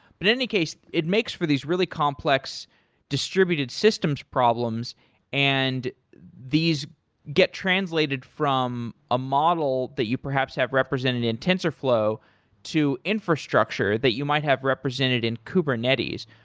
but any case, it makes for these really complex distributed systems problems and these get translated from a model that you perhaps have represented in tensorflow to infrastructure that you might have represented in kubernetes.